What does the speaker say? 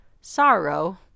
sorrow